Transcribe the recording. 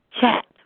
chat